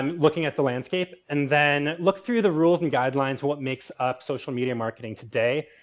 um looking at the landscape and then look through the rules and guidelines. what makes up social media marketing today?